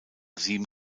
sieben